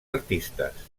artistes